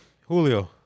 Julio